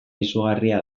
izugarria